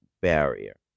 barrier